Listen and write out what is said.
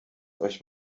euch